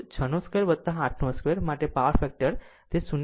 અને ab 6√ 6 2 8 2 માટે power factor તે 0